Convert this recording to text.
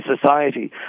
society